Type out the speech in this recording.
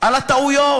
על הטעויות.